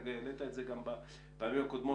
אתה העלית את זה גם בפעמים הקודמות